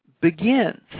begins